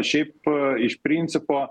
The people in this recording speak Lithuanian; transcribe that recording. šiaip iš principo